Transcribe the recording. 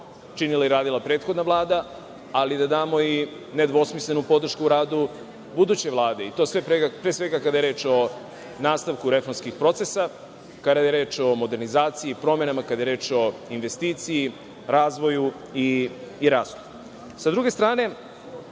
činila i radila prethodna vlada, ali da damo i nedvosmislenu podršku u radu buduće vlade i to sve, pre svega, kada je reč o nastavku reformskih procesa, kada je reč o modernizaciji, promenama, kada je reč o investiciji, razvoju i rastu.S